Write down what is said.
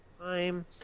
time